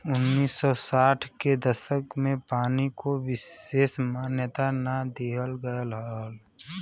उन्नीस सौ साठ के दसक में पानी को विसेस मान्यता ना दिहल गयल रहल